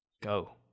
go